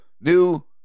new